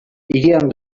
hirian